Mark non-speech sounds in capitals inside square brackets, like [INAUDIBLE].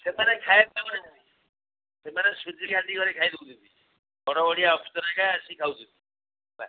ସେଥିରେ ଖାଇବା [UNINTELLIGIBLE] ସେମାନେ ସୁଜି ରାନ୍ଧି କରି ଖାଇ ଦେଉଛନ୍ତି ବଡ଼ ବଡ଼ିଆ ଅଫିସର୍ ହେରିକା ଆସି ଖାଉଛନ୍ତି ହେଲା